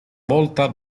volta